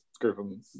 group